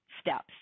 steps